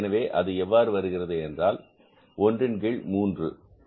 எனவே அது எவ்வாறு வருகிறது என்றால் ஒன்றின் கீழ் 3